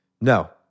No